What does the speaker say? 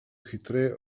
hitreje